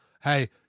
hey